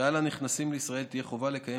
שעל הנכנסים לישראל תהיה חובה לקיים